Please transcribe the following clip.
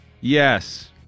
yes